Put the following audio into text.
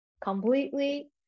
completely